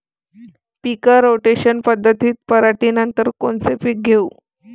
पीक rotation पद्धतीत पराटीनंतर कोनचे पीक घेऊ?